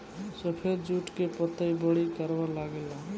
सफेद जुट के पतई बड़ी करवा लागेला